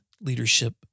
leadership